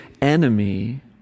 enemy